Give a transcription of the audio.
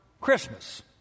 Christmas